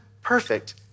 perfect